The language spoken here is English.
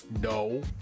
No